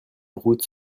routes